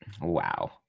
wow